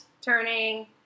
turning